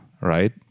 right